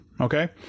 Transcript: okay